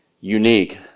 unique